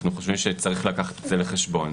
אנחנו חושבים שצריך לקחת את זה בחשבון,